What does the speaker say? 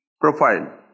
profile